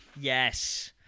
Yes